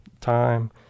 time